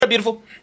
beautiful